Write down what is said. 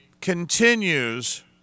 continues